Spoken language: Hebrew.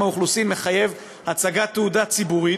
האוכלוסין מחייב הצגת "תעודה ציבורית",